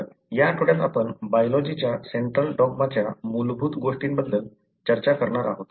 तर या आठवड्यात आपण बायलॉजि च्या सेंट्रल डॉग्मा च्या मूलभूत गोष्टींबद्दल चर्चा करणार आहोत